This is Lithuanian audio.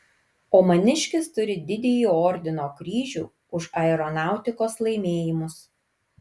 o maniškis turi didįjį ordino kryžių už aeronautikos laimėjimus